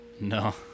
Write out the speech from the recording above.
No